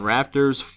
Raptors